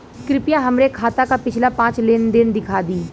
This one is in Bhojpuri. कृपया हमरे खाता क पिछला पांच लेन देन दिखा दी